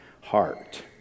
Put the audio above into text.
heart